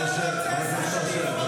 יא קשקשן.